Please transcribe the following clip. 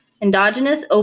Endogenous